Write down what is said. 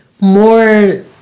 more